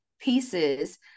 pieces